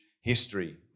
history